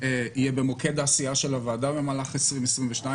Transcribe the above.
יהיה במוקד העשייה של הוועדה במהלך 2022,